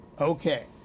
okay